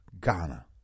Ghana